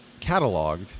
cataloged